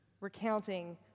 recounting